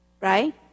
Right